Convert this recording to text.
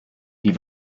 die